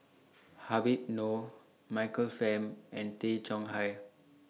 Habib Noh Michael Fam and Tay Chong Hai